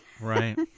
Right